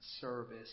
service